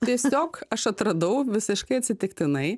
tiesiog aš atradau visiškai atsitiktinai